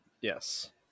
yes